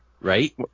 right